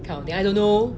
kind of thing I don't know